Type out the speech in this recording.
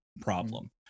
problem